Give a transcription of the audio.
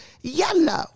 yellow